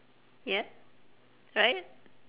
ya right